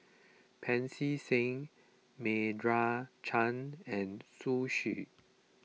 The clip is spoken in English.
Pancy Seng Meira Chand and Zhu Xu